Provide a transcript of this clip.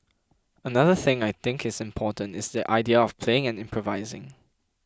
another thing I think is important is the idea of playing and improvising